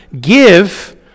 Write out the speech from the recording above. give